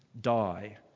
die